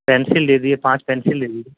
pencil دے دیجئے پانچ پینسل دے دیجئے